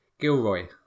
Gilroy